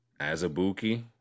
Azabuki